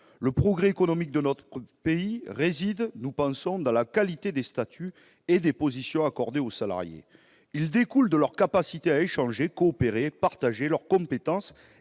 Le progrès économique de notre pays réside dans la qualité des statuts et des positions accordés aux salariés ; il découle de leur capacité à échanger, à coopérer et à partager leurs compétences